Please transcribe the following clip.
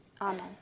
Amen